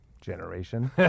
generation